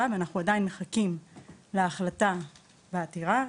ואנחנו עדיין מחכים להחלטה בעתירה,